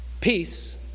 peace